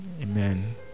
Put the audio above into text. Amen